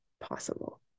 possible